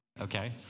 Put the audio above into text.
Okay